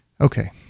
okay